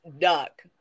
duck